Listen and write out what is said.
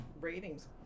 ratings